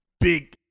big